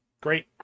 Great